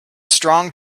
strong